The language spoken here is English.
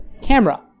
camera